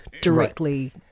directly